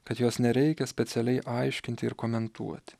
kad jos nereikia specialiai aiškinti ir komentuoti